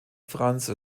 franz